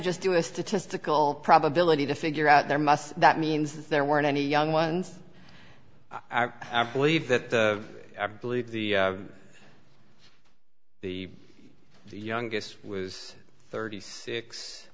just do a statistical probability to figure out there must that means there weren't any young ones i believe that i believe the the youngest was thirty six